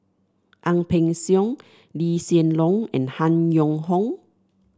Ang Peng Siong Lee Hsien Loong and Han Yong Hong